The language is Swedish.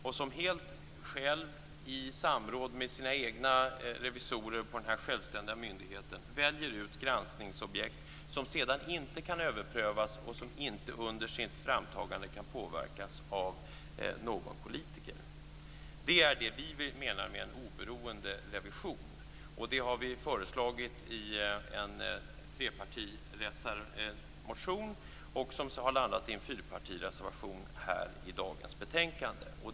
Han skall helt själv i samråd med sina egna revisorer på den här självständiga myndigheten välja ut granskningsobjekt som sedan inte kan överprövas. Under framtagandet skall detta inte kunna påverkas av någon politiker. Det är det vi menar med en oberoende revision, och det har vi föreslagit i en trepartimotion som har landat i en fyrpartireservation här i dagens betänkande.